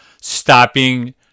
stopping